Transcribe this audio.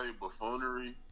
buffoonery